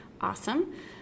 awesome